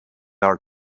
are